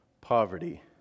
poverty